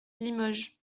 limoges